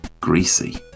greasy